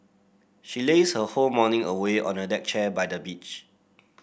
she lazed her whole morning away on a deck chair by the beach